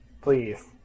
Please